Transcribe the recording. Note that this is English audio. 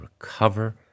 recover